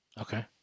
Okay